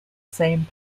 same